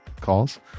calls